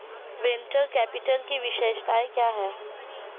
Venture capital की विशेषताएं क्या हैं?